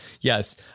yes